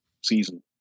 season